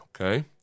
okay